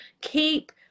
Keep